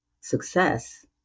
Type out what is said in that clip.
success